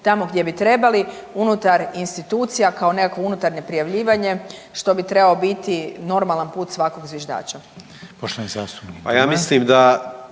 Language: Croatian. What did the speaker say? tamo gdje bi trebali, unutar institucija kao nekakvo unutarnje prijavljivanje što bi trebao biti normalan put svakog zviždača.